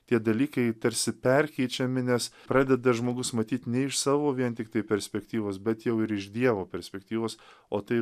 tie dalykai tarsi perkeičiami nes pradeda žmogus matyt ne iš savo vien tiktai perspektyvos bet jau ir iš dievo perspektyvos o tai